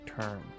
turn